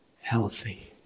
healthy